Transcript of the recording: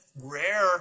rare